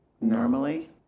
normally